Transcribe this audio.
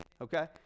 okay